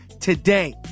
today